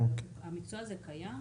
המקצוע הזה קיים